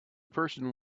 person